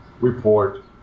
report